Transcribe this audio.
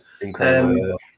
Incredible